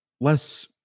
less